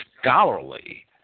scholarly